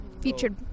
featured